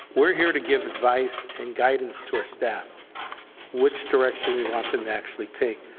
we're here to give advice and guidance to our staff which direction we want them to actually take.